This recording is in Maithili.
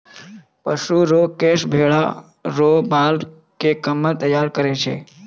पशु रो केश भेड़ा रो बाल से कम्मल तैयार करै छै